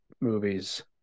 movies